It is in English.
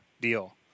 deal